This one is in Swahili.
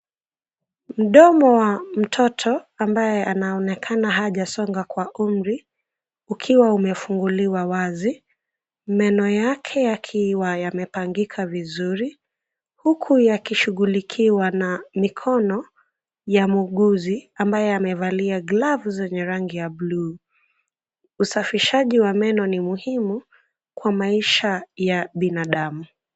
Mdomo wa mtoto ambaye anaonekana hajasonga kwa umri ukiwa umefunguliwa wazi. Meno yake yakiwa yamepangika vizuri huku yakishughulikiwa na mikono ya muuguzi ambaye amevalia glavu zenye rangi ya buluu. Usafishaji wa meno ni muhimu kwa maisha ya binadamu.